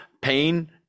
pain